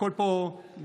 הכול פה במכוון,